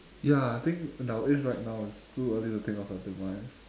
ya I think at our age right now it's too early to think of our demise